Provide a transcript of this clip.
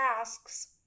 asks